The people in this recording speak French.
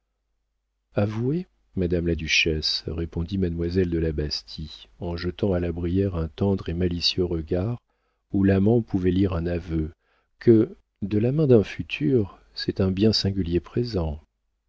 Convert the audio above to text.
avouez madame la duchesse répondit mademoiselle de la bastie en jetant à la brière un tendre et malicieux regard où l'amant pouvait lire un aveu que de la main d'un futur c'est un bien singulier présent